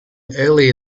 early